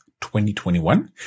2021